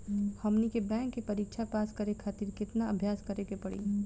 हमनी के बैंक के परीक्षा पास करे खातिर केतना अभ्यास करे के पड़ी?